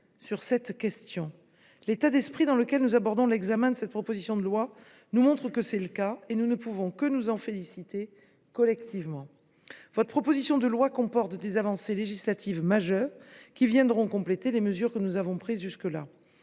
sur cette question. L’état d’esprit dans lequel nous abordons l’examen de cette proposition de loi nous montre que c’est le cas, et nous ne pouvons que nous en féliciter collectivement. Votre proposition de loi comporte des avancées législatives majeures, qui viendront compléter les mesures que nous avons déjà prises.